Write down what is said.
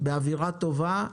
באווירה טובה.